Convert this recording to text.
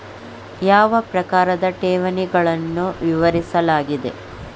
ಯಾವ ಪ್ರಕಾರದ ಠೇವಣಿಗಳನ್ನು ವಿವರಿಸಲಾಗಿದೆ?